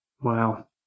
wow